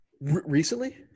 recently